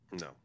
No